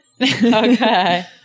Okay